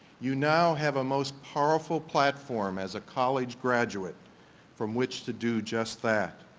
you now have a most powerful platform as a college graduate from which to do just that.